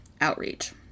outreach